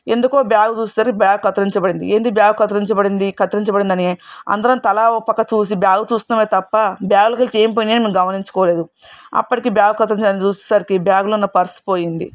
ఎందుకో బ్యాగు చూసేసరికి బ్యాగు కత్తిరించబడింది ఏంది బ్యాగ్ కత్తిరించబడింది కత్తిరించబడింది అని అందరం తలా ఒకపక్క చూసి బ్యాగు చూస్తున్నమే తప్ప బ్యాగులో నుంచి ఏం పోయిందో మేము గమనించుకోలేదు అప్పటికే బ్యాగ్ కత్తిరించబడింది చూసేసరికి బ్యాగులో ఉన్న పర్స్ పోయింది